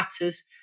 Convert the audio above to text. matters